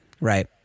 Right